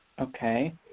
Okay